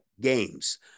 games